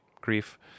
grief